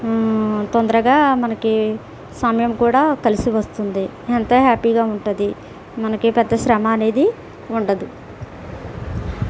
తొందరగా మనకి సమయం కూడా కలిసి వస్తుంది ఎంతో హ్యాపీగా ఉంటుంది మనకి పెద్ద శ్రమ అనేది ఉండదు